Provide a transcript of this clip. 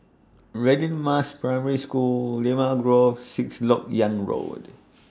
Radin Mas Primary School Limau Grove Sixth Lok Yang Road